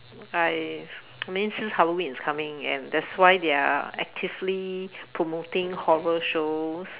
I I mean since Halloween is coming and that's why they are actively promoting horror shows